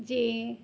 যে